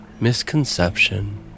misconception